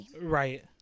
Right